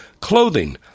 clothing